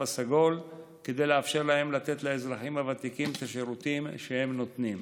הסגול כדי לאפשר להם לתת לאזרחים הוותיקים את השירותים שהם נותנים.